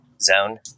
zone